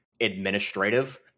administrative